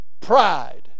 Pride